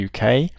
UK